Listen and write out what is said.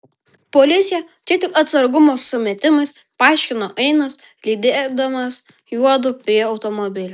policija čia tik atsargumo sumetimais paaiškino ainas lydėdamas juodu prie automobilio